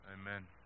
amen